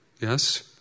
yes